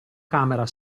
camera